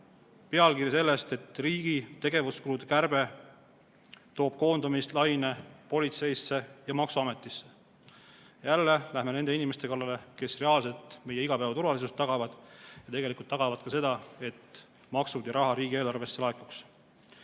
pealkiri, et riigi tegevuskulude kärbe toob koondamislaine politseisse ja maksuametisse. Jälle läheme nende inimeste kallale, kes reaalselt meie igapäeva turvalisust tagavad. Tegelikult tagavad ka seda, et maksud ja raha riigieelarvesse laekuks.